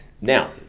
Now